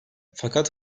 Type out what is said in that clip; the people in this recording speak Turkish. fakat